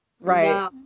right